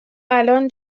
الان